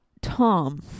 Tom